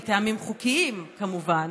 מטעמים חוקיים, כמובן,